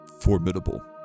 formidable